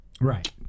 right